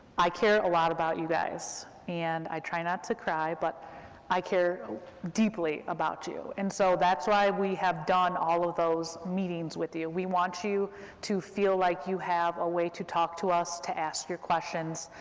i care a lot about you guys. and i try not to cry, but i care deeply about you. and so that's why we have done all of those meetings with you, we want you to feel like you have a way to talk to us, to ask your questions,